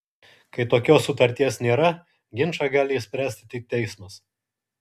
kai tokios sutarties nėra ginčą gali išspręsti tik teismas